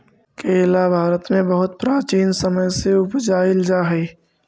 केला भारत में बहुत प्राचीन समय से उपजाईल जा हई